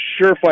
surefire